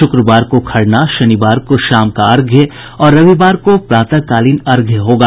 शुक्रवार को खरना शनिवार को शाम का अर्घ्य और रविवार को प्रातःकालीन अर्घ्य होगा